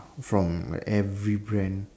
from like every brand